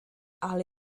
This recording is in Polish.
ale